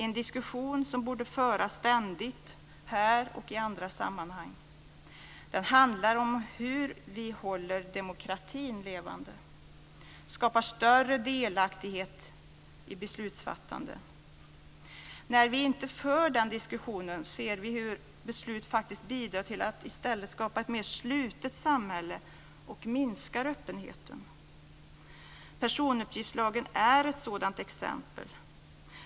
En diskussion som borde föras ständigt, här och i andra sammanhang. Den handlar om hur vi håller demokratin levande, skapar större delaktighet i beslutsfattandet. När vi inte för den diskussionen, ser vi hur beslut faktiskt bidrar till att i stället skapa ett mer slutet samhälle och minskar öppenheten. Personuppgiftslagen är ett sådant exempel.